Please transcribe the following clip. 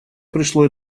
пришло